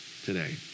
Today